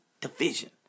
division